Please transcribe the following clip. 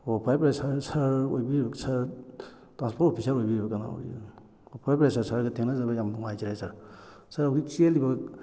ꯑꯣ ꯐꯔꯦ ꯐꯔꯦ ꯁꯥꯔ ꯇ꯭ꯔꯥꯟꯁꯄꯣꯔꯠ ꯑꯣꯐꯤꯁꯔ ꯑꯣꯏꯕꯤꯔꯤꯕ꯭ꯔꯥ ꯀꯅꯥ ꯑꯣꯏꯗꯣꯏꯅꯣ ꯑꯣ ꯐꯔꯦ ꯐꯔꯦ ꯁꯥꯔ ꯁꯥꯔꯒ ꯊꯦꯡꯅꯖꯕ ꯌꯥꯝ ꯅꯨꯡꯉꯥꯏꯖꯔꯦ ꯁꯥꯔ ꯁꯥꯔ ꯍꯧꯖꯤꯛ ꯆꯦꯜꯂꯤꯕ